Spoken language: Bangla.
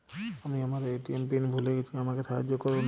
আমি আমার এ.টি.এম পিন ভুলে গেছি আমাকে সাহায্য করুন